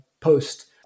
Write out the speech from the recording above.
post